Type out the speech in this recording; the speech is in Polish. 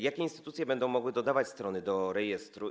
Jakie instytucje będą mogły dodawać strony do rejestru?